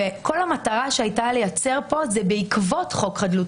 כל המטרה שהייתה לייצר פה היא בעקבות חוק חדלות